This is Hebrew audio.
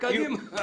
קדימה.